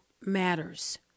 matters